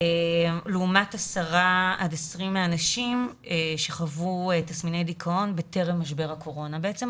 לעומת 10% -20% מהנשים שחוו תסמיני דיכאון בטרם משבר הקורונה - למעשה,